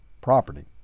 property